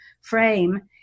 frame